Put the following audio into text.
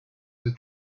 the